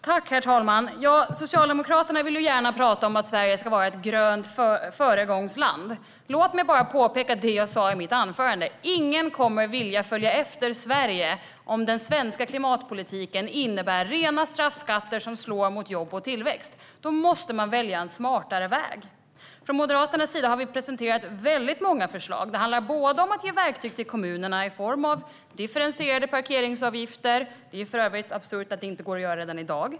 Herr talman! Socialdemokraterna vill gärna prata om att Sverige ska vara ett grönt föregångsland. Låt mig bara påpeka det jag sa i mitt anförande: Ingen kommer att vilja följa efter Sverige om den svenska klimatpolitiken innebär rena straffskatter som slår mot jobb och tillväxt. Då måste man välja en smartare väg. Från Moderaternas sida har vi presenterat väldigt många förslag. Det handlar om att ge verktyg till kommunerna i form av differentierade parkeringsavgifter - det är för övrigt absurt att det inte går att göra redan i dag.